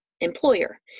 employer